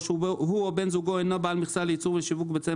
הוא או בן זוגו אינו בעל מכסה לייצור ושיווק ביצי